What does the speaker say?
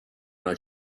una